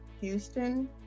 houston